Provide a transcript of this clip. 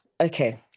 okay